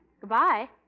Goodbye